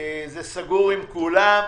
סגור עם כולם.